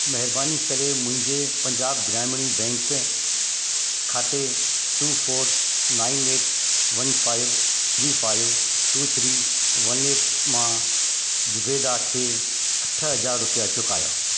महिरबानी करे मुंहिंजे पंजाब ग्रामीण बैंक खाते two four nine eight one five three five two three one eight मां ज़ुबैदा खे अठ हज़ार रुपिया चुकायो